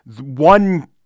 one